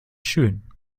schón